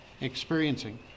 experiencing